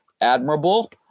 admirable